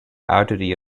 artery